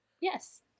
Yes